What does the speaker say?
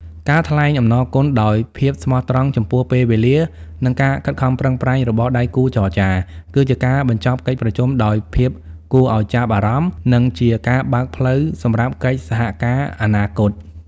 ការថ្លែងអំណរគុណដោយភាពស្មោះត្រង់ចំពោះពេលវេលា និងការខិតខំប្រឹងប្រែងរបស់ដៃគូចរចា គឺជាការបញ្ចប់កិច្ចប្រជុំដោយភាពគួរឱ្យចាប់អារម្មណ៍ និងជាការបើកផ្លូវសម្រាប់កិច្ចសហការអនាគត។